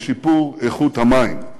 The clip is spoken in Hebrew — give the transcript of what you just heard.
לשיפור איכות המים.